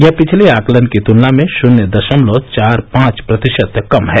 यह पिछले आकलन की तुलना में शून्य दशमलव चार पांच प्रतिशत कम है